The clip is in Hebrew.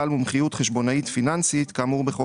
בעל מומחיות חשבונאית פיננסית כאמור בחוק